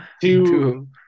two